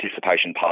participation